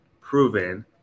proven